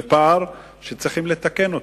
ופער שצריכים לתקן אותו.